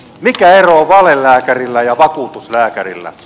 mikä ero on valelääkärillä ja vakuutuslääkärillä